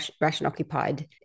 Russian-occupied